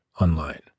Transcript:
online